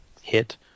hit